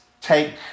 take